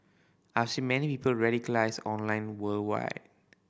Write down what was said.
I've seen many people radicalised online worldwide